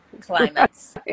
climates